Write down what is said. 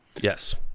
Yes